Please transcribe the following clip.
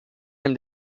him